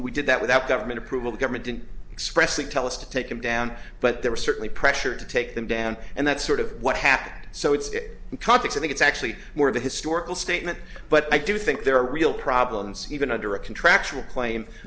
we did that without government approval government didn't expressly tell us to take them down but there was certainly pressure to them down and that's sort of what happened so it's complex i think it's actually more of a historical statement but i do think there are real problems even under a contractual claim